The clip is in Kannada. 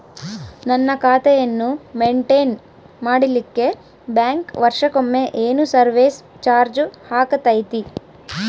ನನ್ನ ಖಾತೆಯನ್ನು ಮೆಂಟೇನ್ ಮಾಡಿಲಿಕ್ಕೆ ಬ್ಯಾಂಕ್ ವರ್ಷಕೊಮ್ಮೆ ಏನು ಸರ್ವೇಸ್ ಚಾರ್ಜು ಹಾಕತೈತಿ?